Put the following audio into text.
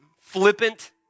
flippant